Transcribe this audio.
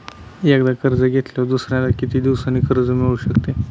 एकदा कर्ज घेतल्यावर दुसऱ्यांदा किती दिवसांनी कर्ज मिळू शकते?